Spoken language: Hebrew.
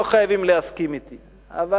לא חייבים להסכים אתי אבל